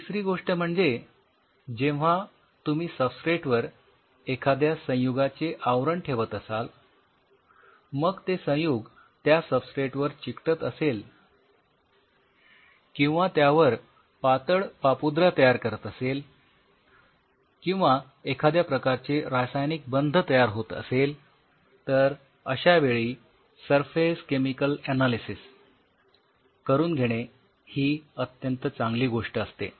तिसरी गोष्ट म्हणजे जेव्हा तुम्ही सबस्ट्रेट वर एखाद्या संयुगाचे आवरण ठेवत असाल मग ते संयुग त्या सबस्ट्रेट वर चिकटत असेल किंवा त्यावर पातळ पापुद्रा तयार करत असेल किंवा एखाद्या प्रकारचे रासायनिक बंध तयार होत असेल तर अश्या वेळी सरफेस केमिकल अनालिसिस करून घेणे ही अत्यंत चांगली गोष्ट असते